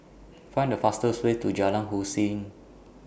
Find The fastest Way to Jalan Hussein